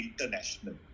International